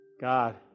God